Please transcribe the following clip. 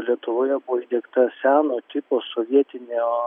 lietuvoje buvo įdiegta seno tipo sovietinio